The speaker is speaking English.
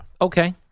Okay